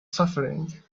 suffering